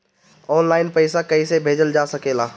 आन line पईसा कईसे भेजल जा सेकला?